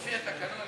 לפי התקנון,